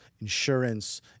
insurance